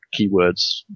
keywords